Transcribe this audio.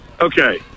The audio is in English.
Okay